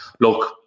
look